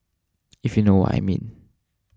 if you know what I mean